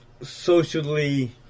socially